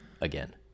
again